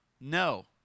no